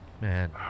man